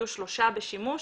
יהיו שלושה בשימוש